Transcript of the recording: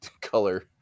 color